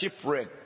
shipwreck